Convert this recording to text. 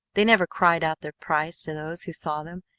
they never cried out their price to those who saw them,